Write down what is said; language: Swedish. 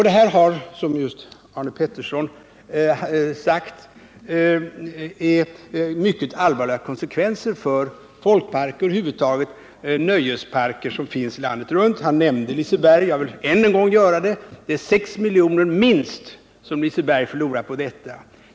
Detta medför, som Arne Pettersson just sagt, mycket allvarliga konsekvenser för folkparker och över huvud taget nöjesparker landet runt. Han nämnde Liseberg, och jag vill än en gång göra det. Liseberg förlorar minst 6 milj.kr. på detta.